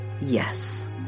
yes